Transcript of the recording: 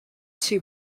too